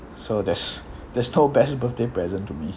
so there's there's no best birthday present to me